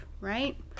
right